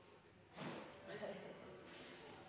eg er